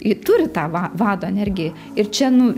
ji turi tą va vado energiją ir čia nu